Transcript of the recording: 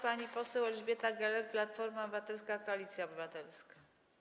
Pani poseł Elżbieta Gelert, Platforma Obywatelska - Koalicja Obywatelska.